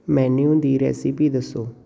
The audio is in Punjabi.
ਮੈਨਿਊ ਦੀ ਰੈਸਿਪੀ ਦੱਸੋ